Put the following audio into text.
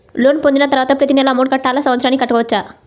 Loan పొందిన తరువాత ప్రతి నెల అమౌంట్ కట్టాలా? సంవత్సరానికి కట్టుకోవచ్చా?